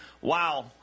Wow